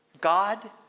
God